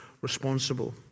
responsible